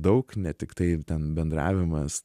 daug ne tiktai ten bendravimas